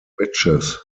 witches